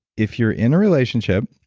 if you're in a relationship,